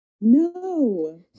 No